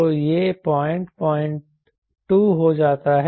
तो यह पॉइंट 02 हो जाता है